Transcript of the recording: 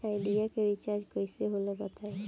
Idea के recharge कइसे होला बताई?